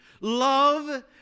love